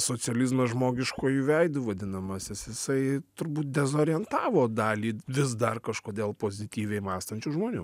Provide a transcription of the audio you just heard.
socializmas žmogiškuoju veidu vadinamasis jisai turbūt dezorientavo dalį vis dar kažkodėl pozityviai mąstančių žmonių